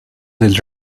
del